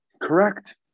Correct